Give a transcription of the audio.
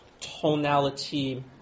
tonality